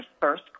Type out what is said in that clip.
first